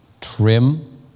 Trim